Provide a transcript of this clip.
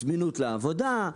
זמין לעבודה,